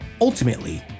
Ultimately